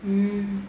mm